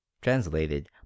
translated